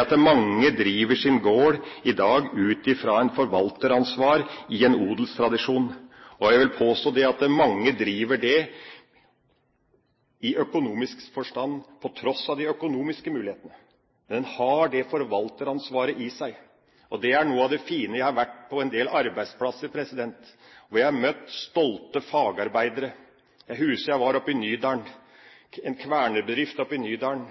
at mange driver sin gård i dag ut fra et forvalteransvar i en odelstradisjon. Jeg vil påstå at mange driver det i økonomisk forstand på tross av de økonomiske mulighetene, men har det forvalteransvaret i seg, og det er noe av det fine. Jeg har vært på en del arbeidsplasser og møtt stolte fagarbeidere. Jeg husker jeg var på en Kværner-bedrift oppi Nydalen